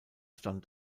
stand